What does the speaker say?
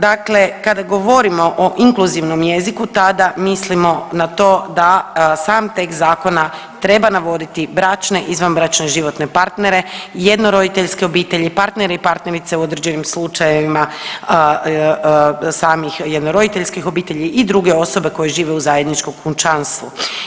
Dakle kada govorimo o inkluzivnom jeziku, tada mislimo na to da sam tekst zakona treba navoditi bračne, izvanbračne i životne partnere, jednoroditeljske obitelji, partnere i partnerice u određenim slučajevima samih jednoroditeljskih obitelji i druge osobe koje žive u zajedničkom kućanstvu.